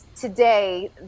today